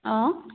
অঁ